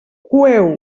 coeu